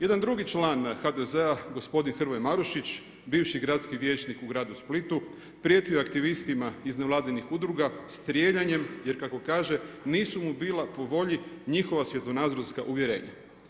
Jedan drugi član HDZ-a gospodin Hrvoje Marušić bivši gradski vijećnik u gradu Splitu prijetio je aktivistima iz nevladinih udruga strijeljanjem, jer kako kaže nisu mu bila po volji njihova svjetonazorska uvjerenja.